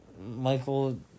Michael